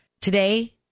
Today